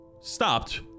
stopped